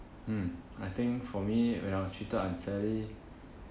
mm I think for me when I was treated unfairly